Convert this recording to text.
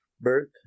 birth